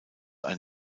ein